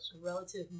relative